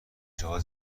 جاها